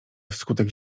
wskutek